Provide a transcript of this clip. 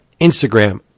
Instagram